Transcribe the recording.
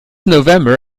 november